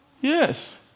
Yes